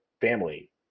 family